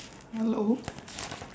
hello